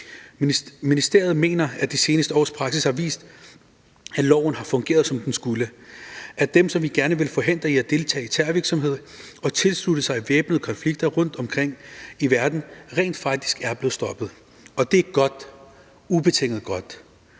Ministeriet mener, at de seneste års praksis har vist, at loven har fungeret, som den skulle, altså at dem, som vi gerne vil forhindre i at deltage i terrorvirksomhed og tilslutte sig væbnede konflikter rundt omkring i verden, rent faktisk er blevet stoppet. Og det er godt – ubetinget godt.